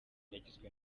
yagizwe